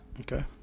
Okay